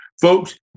Folks